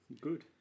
Good